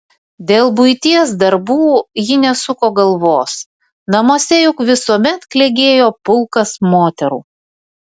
dėl buities darbų ji nesuko galvos namuose juk visuomet klegėjo pulkas moterų